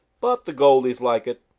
but the goldies like it.